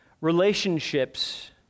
relationships